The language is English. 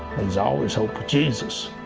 there's always hope with jesus.